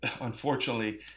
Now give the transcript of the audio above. unfortunately